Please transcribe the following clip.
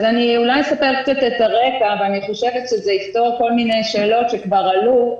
ואני חושבת שזה יפתור כל מיני שאלות שכבר עלו.